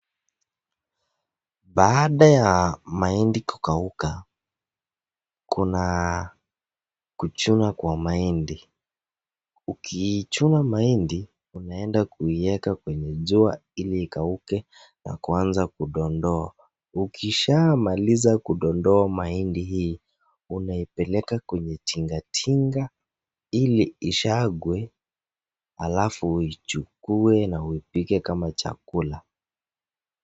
Baada ya mahindi kukauka Kuna kuchuna kwa mahindi. Ukiichuna mahindi unaenda kuiweka kwenye jua ili ikaiuke na kuanza kudondoa Ukishamaliza kudondoa mahindi hii ,unaipeleka kwenye tingatinga ili ishagwe halafu uichukue na uipike kama chakula.